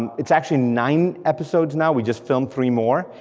and it's actually nine episodes now, we just filmed three more,